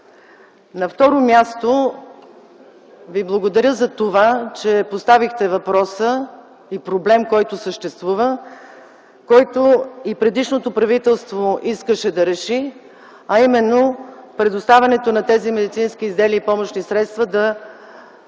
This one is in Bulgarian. На второ място, Ви благодаря за това, че поставихте въпроса и проблем, който съществува, който и предишното правителство искаше да реши, а именно предоставянето на тези медицински изделия и помощни средства да се